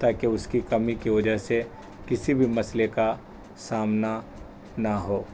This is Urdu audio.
تاکہ اس کی کمی کی وجہ سے کسی بھی مسئلے کا سامنا نہ ہو